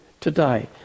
today